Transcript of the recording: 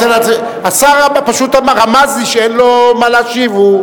השר רמז לי שאין לו מה להשיב.